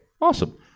Awesome